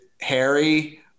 Harry